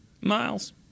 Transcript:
Miles